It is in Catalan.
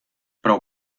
prou